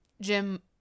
Jim